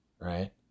Right